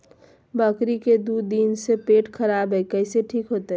बकरी के दू दिन से पेट खराब है, कैसे ठीक होतैय?